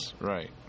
right